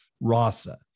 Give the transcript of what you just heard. rasa